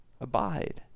abide